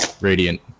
Radiant